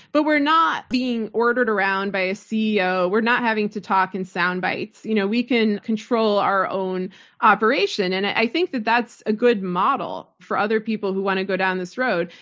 but we're not being ordered around by a ceo. we're not having to talk in sound bites. you know we can control our own operation. and i think that that's a good model for other people who want to go down this road.